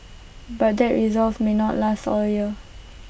but that resolve may not last all year